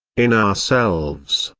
in ourselves,